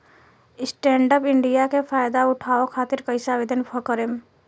Stand up India के फाइदा उठाओ खातिर कईसे आवेदन करेम?